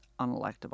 unelectable